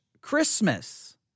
Christmas